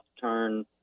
turn